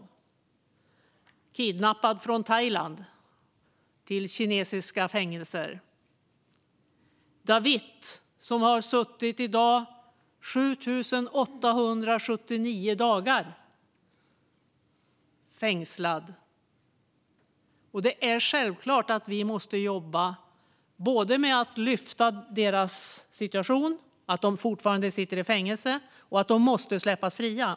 Han kidnappades i Thailand och fördes till kinesiska fängelser. Dawit har i dag suttit fängslad i 7 879 dagar. Det är självklart att vi måste jobba både med att lyfta fram deras situation - att de fortfarande sitter i fängelse - och med att de måste släppas fria.